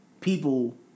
people